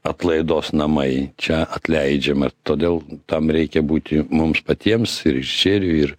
atlaidos namai čia atleidžiama todėl tam reikia būti mums patiems ir režisieriui ir